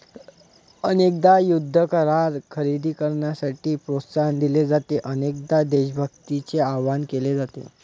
अनेकदा युद्ध करार खरेदी करण्यासाठी प्रोत्साहन दिले जाते, अनेकदा देशभक्तीचे आवाहन केले जाते